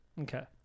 Okay